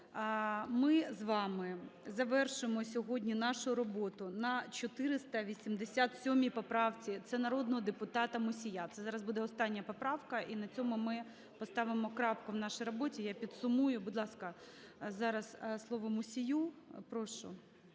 ми з вами завершуємо сьогодні нашу роботу на 487 поправці, це народного депутата Мусія. Це зараз буде остання поправка і на цьому ми поставимо крапку в нашій роботі, я підсумую. Будь ласка, зараз слово Мусію. Прошу.